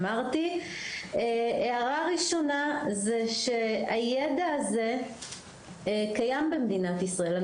הערה ראשונה, זה שהידע הזה קיים במדינת ישראל.